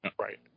Right